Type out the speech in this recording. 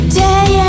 day